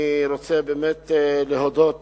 אני רוצה באמת להודות